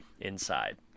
inside